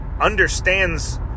understands